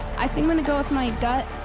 i think gonna go with my and gut.